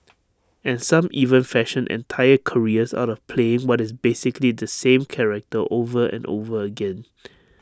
and some even fashion entire careers out of playing what is basically the same character over and over again